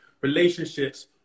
relationships